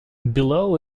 below